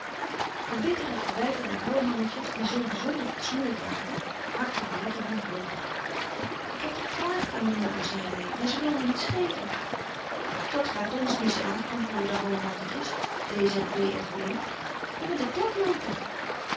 de bittere verwyten der hallemannetjes die zoo byzonder fatsoenlyk waren maakten wouter wanhopig ik heb gevraagd aan m'n moeder zeide hy maar ze wil me niets geven dat gaat ons niet aan antwoordden de hallemannetjes d z b f w je bent n